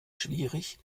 schwierig